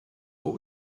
what